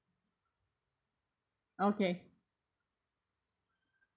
okay